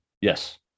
Yes